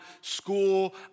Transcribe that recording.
school